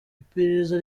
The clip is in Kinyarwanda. iperereza